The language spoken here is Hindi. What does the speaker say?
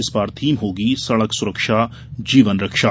इस बार थीम होगी सड़क सुरक्षा जीवन रक्षा